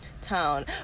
town